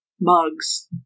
mugs